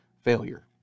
failure